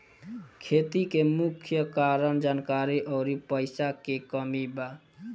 खेती के मुख्य कारन जानकारी अउरी पईसा के कमी बा